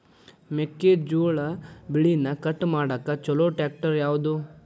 ಮೆಕ್ಕೆ ಜೋಳ ಬೆಳಿನ ಕಟ್ ಮಾಡಾಕ್ ಛಲೋ ಟ್ರ್ಯಾಕ್ಟರ್ ಯಾವ್ದು?